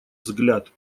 взгляд